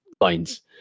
lines